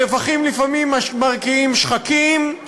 הרווחים לפעמים מרקיעים שחקים,